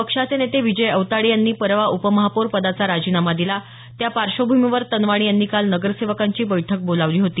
पक्षाचे नेते विजय औताडे यांनी परवा उपमहापौरपदाचा राजीनामा दिला त्या पार्श्वभूमीवर तनवाणी यांनी काल नगरसेवकांची बैठक बोलावली होती